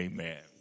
Amen